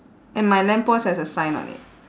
and my lamp post has a sign on it